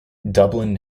dublin